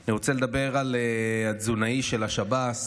אני רוצה לדבר על התזונאי של השב"ס,